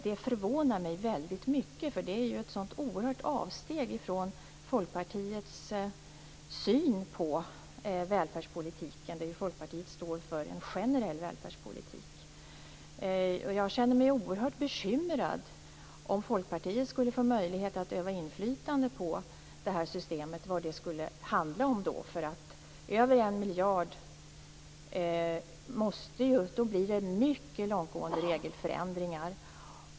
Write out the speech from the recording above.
Det förvånar mig väldigt mycket, därför att det är ett så oerhört stort avsteg från Folkpartiets syn på välfärdspolitiken och det som Folkpartiet står för, dvs. en generell välfärdspolitik. Jag känner mig oerhört bekymrad inför tanken att Folkpartiet skulle få möjlighet att utöva inflytande över det här systemet - vad skulle det då handla om? Om det är fråga om 1 miljard blir det ju mycket långtgående regelförändringar.